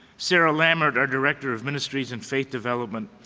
sara lammert, our director of ministries and faith development,